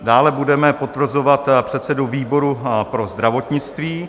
Dále budeme potvrzovat předsedu výboru pro zdravotnictví.